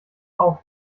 auch